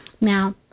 Now